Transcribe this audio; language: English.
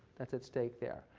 that's at stake there,